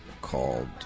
called